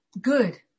good